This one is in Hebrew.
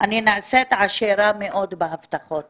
שאני נעשית עשירה מאוד בהבטחות